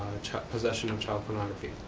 possession of child pornography.